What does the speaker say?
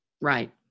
right